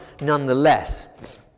nonetheless